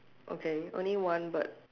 okay only one bird